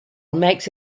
makes